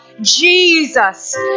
Jesus